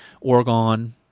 Oregon